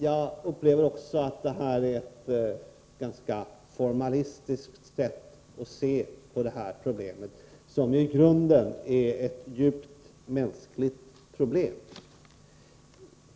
Jag upplever också att det här är ett ganska formalistiskt sätt att se på problemet, som i grunden är ett djupt mänskligt problem.